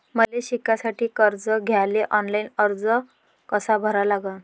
मले शिकासाठी कर्ज घ्याले ऑनलाईन अर्ज कसा भरा लागन?